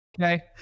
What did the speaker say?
Okay